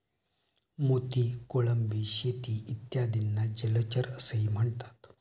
मोती, कोळंबी शेती इत्यादींना जलचर असेही म्हणतात